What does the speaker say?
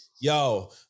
yo